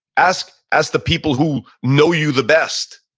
ask ask the people who know you the best,